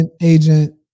agent